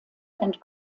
and